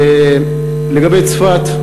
לגבי צפת,